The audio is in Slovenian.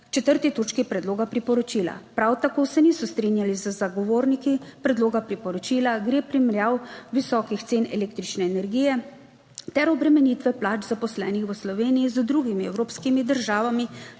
4. točki predloga priporočila. Prav tako se niso strinjali z zagovorniki predloga priporočila glede primerjav visokih cen električne energije ter obremenitve plač zaposlenih v Sloveniji z drugimi evropskimi državami